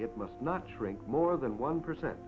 it must not shrink more than one percent